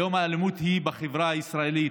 היום האלימות היא בחברה הישראלית,